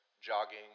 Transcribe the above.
jogging